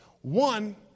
One